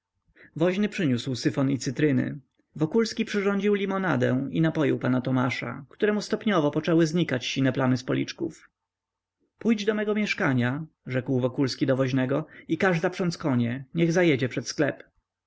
woźny przyniósł syfon i cytryny wokulski przyrządził limonadę i napoił pana tomasza któremu stopniowo poczęły znikać sine plamy z policzków pójdź do mego mieszkania rzekł wokulski do woźnego i każ zaprządz konie niech zajedzie przed sklep